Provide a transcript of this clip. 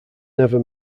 never